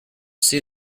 see